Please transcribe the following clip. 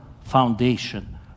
foundation